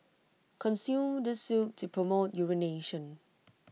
consume this soup to promote urination